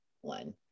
one